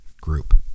group